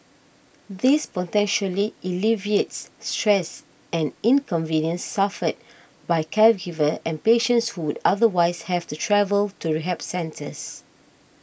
this potentially alleviates stress and inconvenience suffered by caregivers and patients who would otherwise have to travel to rehab centres